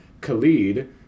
Khalid